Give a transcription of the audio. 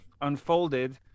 unfolded